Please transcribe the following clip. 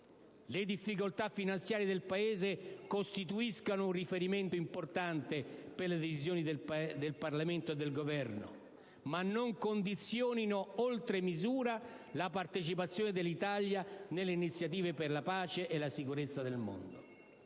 Le difficoltà finanziarie del Paese costituiscano un riferimento importante per le decisioni del Parlamento e del Governo nel settore degli impegni internazionali, ma non condizionino oltre misura la partecipazione dell'Italia nelle iniziative per la pace e la sicurezza del mondo.